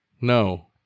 no